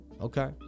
Okay